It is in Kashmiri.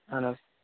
اَہَن حظ